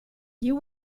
you